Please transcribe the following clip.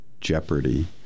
Jeopardy